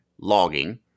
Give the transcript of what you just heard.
logging